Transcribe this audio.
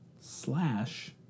slash